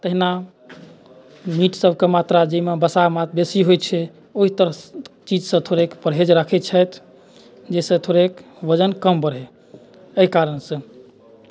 तहिना मीटसभके मात्रा जाहिमे वसा मात्रा बेसी होइत छै ओहि तरह चीजसँ थोड़े परहेज रखैत छथि जाहिसँ थोड़ेक वजन कम बढ़य एहि कारणसँ